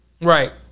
right